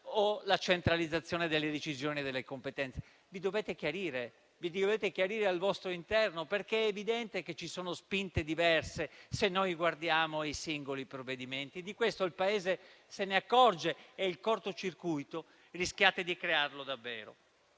o la centralizzazione delle decisioni e delle competenze? Vi dovete chiarire al vostro interno, perché è evidente che ci sono spinte diverse se guardiamo i singoli provvedimenti. Di questo il Paese si accorge e il cortocircuito rischiate di crearlo davvero.